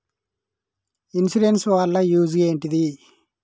Insurance వాళ్ల use ఏంటిది?